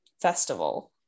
festival